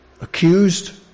accused